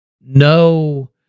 no